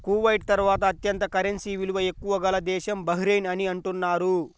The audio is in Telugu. కువైట్ తర్వాత అత్యంత కరెన్సీ విలువ ఎక్కువ గల దేశం బహ్రెయిన్ అని అంటున్నారు